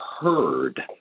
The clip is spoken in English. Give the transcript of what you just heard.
heard